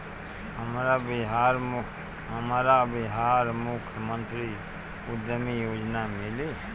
हमरा बिहार मुख्यमंत्री उद्यमी योजना मिली?